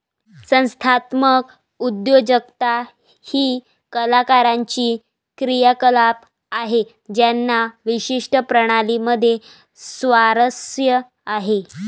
संस्थात्मक उद्योजकता ही कलाकारांची क्रियाकलाप आहे ज्यांना विशिष्ट प्रणाली मध्ये स्वारस्य आहे